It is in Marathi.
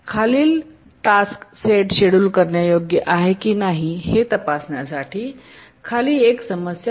खालील टास्क सेट शेड्युल करण्यायोग्य आहे की नाही हे तपासण्यासाठी खाली एक समस्या आहे